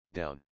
down